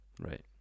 Right